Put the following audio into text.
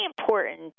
important